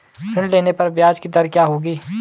ऋण लेने पर ब्याज दर क्या रहेगी?